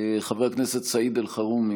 חבר הכנסת סעיד אלחרומי,